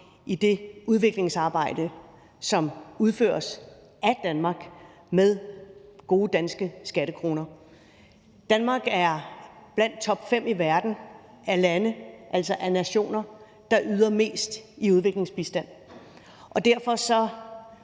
i det udviklingsarbejde, som udføres af Danmark med gode danske skattekroner. Danmark er blandt topfem i verden af lande, altså af nationer, der yder mest i udviklingsbistand, og for os